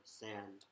sand